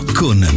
con